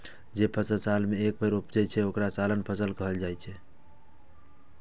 जे फसल साल मे एके बेर उपजै छै, ओकरा सालाना फसल कहल जाइ छै